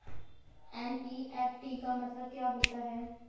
NEFT का मतलब क्या होता है?